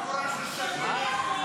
אתה שקרן.